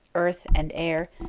earth and air,